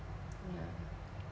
yeah